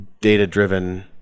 data-driven